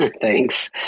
Thanks